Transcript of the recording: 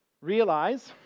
Realize